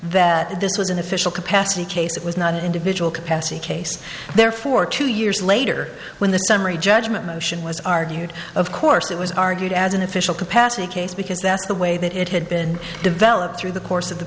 that this was an official capacity case it was not an individual capacity case therefore two years later when the summary judgment motion was argued of course it was argued as an official capacity case because that's the way that it had been developed through the course of the